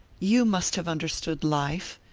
you must have understood life,